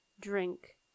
drink